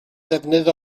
ddefnydd